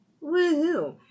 Woo-hoo